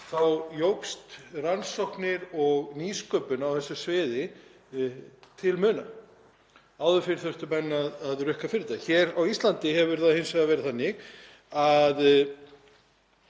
þá jukust rannsóknir og nýsköpun á þessu sviði til muna. Áður fyrr þurftu menn að rukka fyrir þetta. Hér á Íslandi hefur það hins vegar verið þannig að